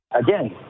again